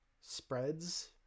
spreads